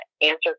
answer